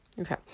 okay